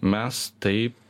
mes taip